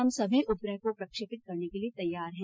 हम सभी उपग्रह को प्रक्षेपित करने के लिए तैयार हैं